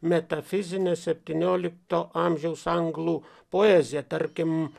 metafizine septynioliktojo amžiaus anglų poeziją tarkim